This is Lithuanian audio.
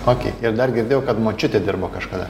okei ir dar girdėjau kad močiutė dirbo kažkada